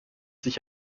sich